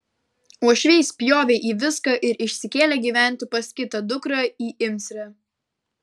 uošviai spjovė į viską ir išsikėlė gyventi pas kitą dukrą į imsrę